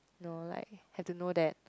no like have to know that